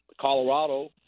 Colorado